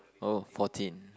oh fourteen